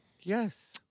Yes